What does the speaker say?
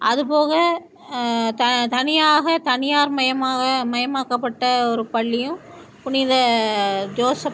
அது போக த தனியாக தனியார்மயமாக மயமாக்கப்பட்ட ஒரு பள்ளியும் புனித ஜோசப்